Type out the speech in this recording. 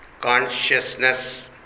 Consciousness